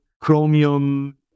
chromium